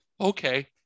okay